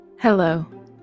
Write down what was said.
Hello